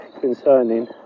concerning